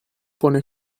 pone